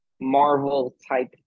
Marvel-type